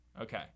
Okay